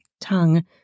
tongue